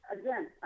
again